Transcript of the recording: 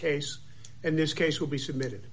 case in this case will be submitted